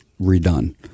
redone